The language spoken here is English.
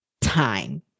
time